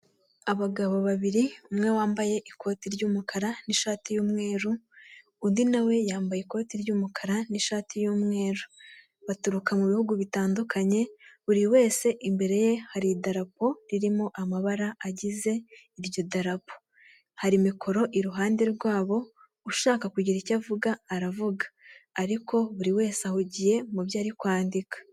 Abagabo babiri umwe wambaye ikoti ry'umukara n'ishati y'umweru, undi nawe yambaye ikoti ry'umukara n'ishati y'umweru, baturuka mu bihugu bitandukanye buri wese imbere ye hari idarapo ririmo amabara agize iryo darapo, hari mikoro iruhande rwabo ushaka kugira icyo avuga aravuga ariko buri wese ahugiye mu byo ari kwandika.